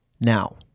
Now